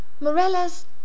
Morella's